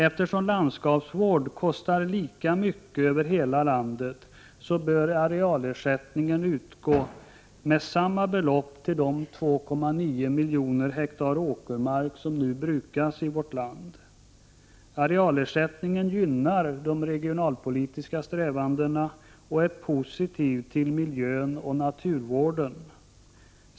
Eftersom landskapsvård kostar lika mycket över hela landet bör arealersättning utgå med samma belopp till de ca 2,9 miljoner hektar åkermark som nu brukas i vårt land. Arealersättning gynnar de regionalpolitiska strävandena och är positiv för miljön och naturvården.